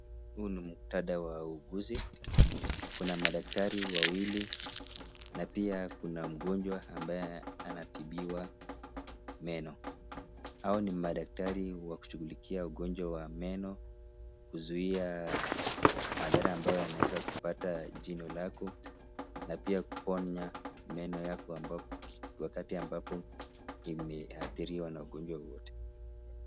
Huu ni muktadha wa uguzi. Kuna madaktari wawili na pia Kuna mgonjwa ambaye anatibiwa meno. Hawa ni madaktari wa kushughulikia ugonjwa wa meno, kuzuia madhara ambao yanawezakupata jino lako na pia kuponya meno Yako wakati ambapo imeathiriwa na ugonjwa wowote.